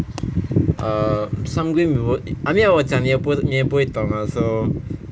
err some game you won't I mean 我讲了你也不会懂的 so